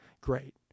Great